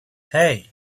hey